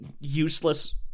Useless